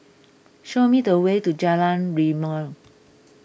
show me the way to Jalan Rimau